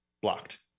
blocked